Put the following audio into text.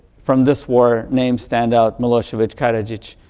from this war, names stand out, milosevic, karadzic,